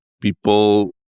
people